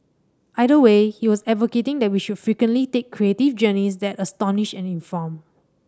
either way he was advocating that we should frequently take creative journeys that astonish and inform